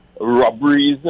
robberies